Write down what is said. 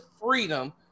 freedom